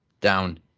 down